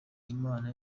imana